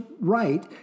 right